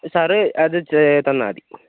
sir അത് തന്നാൽ മതി